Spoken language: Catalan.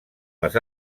les